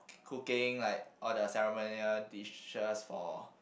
cooking like all the ceremonial dishes for